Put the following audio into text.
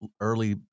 early